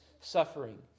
suffering